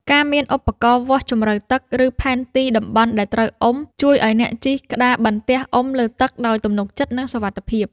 ការមានឧបករណ៍វាស់ជម្រៅទឹក ឬផែនទីតំបន់ដែលត្រូវអុំ ជួយឱ្យអ្នកជិះក្តារបន្ទះអុំលើទឹកដោយទំនុកចិត្ត និងសុវត្ថិភាព។